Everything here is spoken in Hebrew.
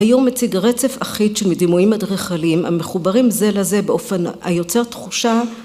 ‫היום מציג רצף אחיד ‫שמדימויים אדריכליים ‫המחוברים זה לזה ‫באופן היוצר תחושה.